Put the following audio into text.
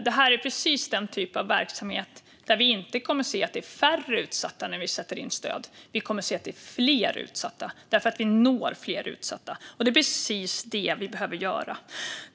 Det här är precis den typ av verksamhet där vi inte kommer att se att det är färre utsatta när vi sätter in stöd, utan vi kommer att se att det är fler utsatta därför att vi når fler utsatta. Det är precis det vi behöver göra.